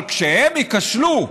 אבל כשהם ייכשלו,